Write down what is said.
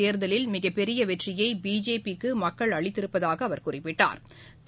தேர்தலில் மிகப்பெரியவெற்றியைபிஜேபி க்குமக்கள் மக்களவைத் அளித்திருப்பதாகஅவர் குறிப்பிட்டா்